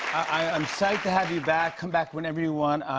i'm psyched to have you back. come back whenever you want.